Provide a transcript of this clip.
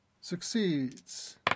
succeeds